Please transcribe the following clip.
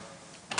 14:50.